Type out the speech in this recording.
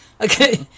Okay